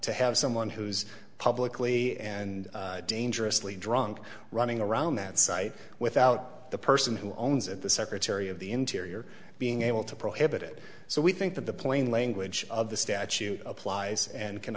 to have someone who's publicly and dangerously drunk running around that site without the person who owns it the secretary of the interior being able to prohibit it so we think that the plain language of the statute applies and can